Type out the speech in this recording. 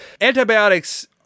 Antibiotics